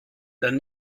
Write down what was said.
dann